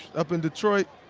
up in detroit,